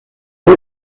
fue